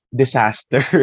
disaster